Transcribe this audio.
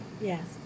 Yes